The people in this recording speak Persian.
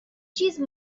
چیز